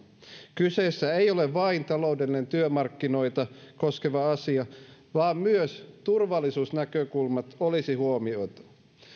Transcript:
kyseessä ei ole vain taloudellinen työmarkkinoita koskeva asia vaan myös turvallisuusnäkökulmat olisi huomioitava